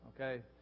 okay